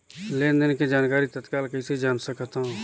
लेन देन के जानकारी तत्काल कइसे जान सकथव?